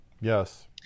Yes